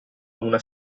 una